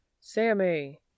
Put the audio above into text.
Sammy